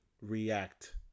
react